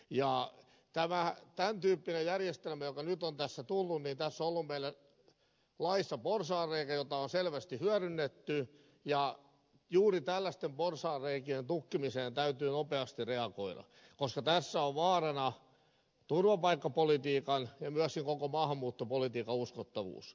tämän tyyppisessä järjestelmässä joka nyt on tässä tullut on ollut meillä laissa porsaanreikä jota on selvästi hyödynnetty ja juuri tällaisten porsaanreikien tukkimiseen täytyy nopeasti reagoida koska tässä on vaarana turvapaikkapolitiikan ja myöskin koko maahanmuuttopolitiikan uskottavuus